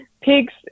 pigs